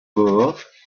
worth